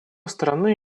стороны